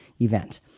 event